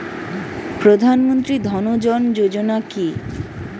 প্রধানমন্ত্রী জনধন যোজনা কি?